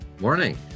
Morning